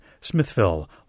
Smithville